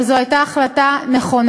אבל זו הייתה החלטה נכונה.